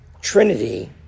trinity